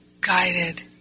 guided